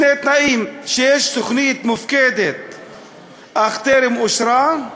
בשני תנאים: שתוכנית הופקדה אך טרם אושרה,